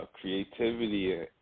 creativity